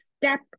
step